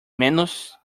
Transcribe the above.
menos